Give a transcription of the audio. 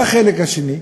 מה החלק השני?